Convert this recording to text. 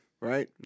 Right